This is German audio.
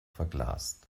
verglast